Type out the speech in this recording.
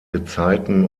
gezeiten